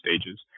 stages